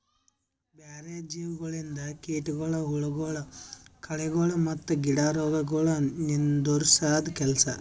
ಬ್ಯಾರೆ ಜೀವಿಗೊಳಿಂದ್ ಕೀಟಗೊಳ್, ಹುಳಗೊಳ್, ಕಳೆಗೊಳ್ ಮತ್ತ್ ಗಿಡ ರೋಗಗೊಳ್ ನಿಂದುರ್ಸದ್ ಕೆಲಸ